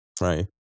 right